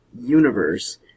universe